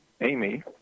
Amy